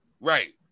Right